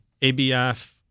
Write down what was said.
ABF